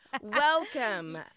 Welcome